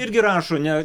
irgi rašo ne